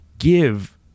give